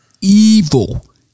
evil